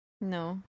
No